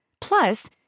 plus